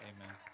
Amen